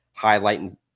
highlighting